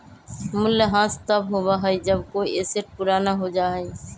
मूल्यह्रास तब होबा हई जब कोई एसेट पुराना हो जा हई